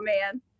man